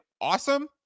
awesome